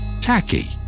tacky